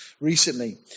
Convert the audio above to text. recently